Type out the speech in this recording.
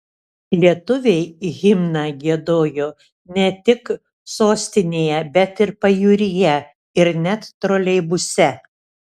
lietuviai himną giedojo ne tik sostinėje bet ir pajūryje ir net troleibuse